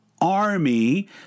army